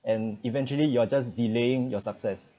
and eventually you are just delaying your success